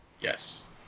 Yes